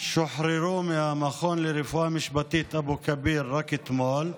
שוחררו מהמכון לרפואה משפטית אבו כביר רק אתמול,